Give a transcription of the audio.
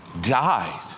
died